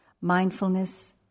mindfulness